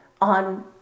on